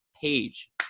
page